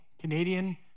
Canadian